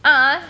a'ah